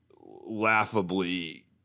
laughably